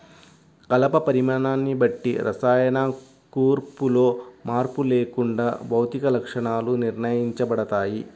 కలప పరిమాణాన్ని బట్టి రసాయన కూర్పులో మార్పు లేకుండా భౌతిక లక్షణాలు నిర్ణయించబడతాయి